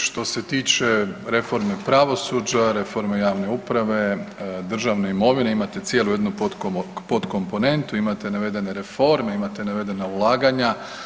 Što se tiče reforme pravosuđa, reforme javne uprave, državne imovine, imate cijelu jednu podkomponentu, imate navedene reforme, imate navedena ulaganja.